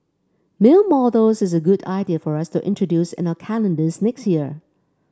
male models is a good idea for us to introduce in our calendars next year